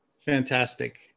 Fantastic